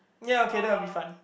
or